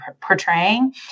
portraying